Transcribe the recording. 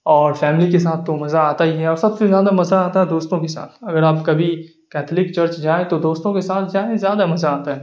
اور فیملی کے ساتھ تو مزہ آتا ہی ہے اور سب سے زیادہ مزہ آتا ہے دوستوں کے ساتھ اگر آپ کبھی کیتھلک چرچ جائیں تو دوستوں کے ساتھ جائیں زیادہ مزہ آتا ہے